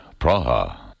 Praha